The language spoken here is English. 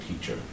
teacher